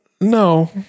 No